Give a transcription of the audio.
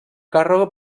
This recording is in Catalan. carro